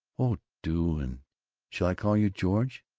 oh, do! and shall i call you george?